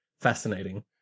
fascinating